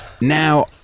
Now